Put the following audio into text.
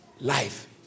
life